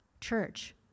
Church